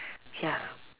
ya